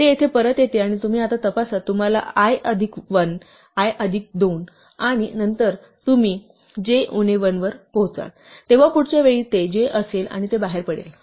ते येथे परत येते आणि तुम्ही आता तपासा तुम्हाला i अधिक 1 i अधिक 2 मिळेल आणि नंतर तुम्ही j उणे 1 वर पोहोचाल तेव्हा पुढच्या वेळी ते j असेल आणि ते बाहेर पडेल